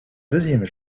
deuxième